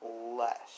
less